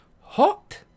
hot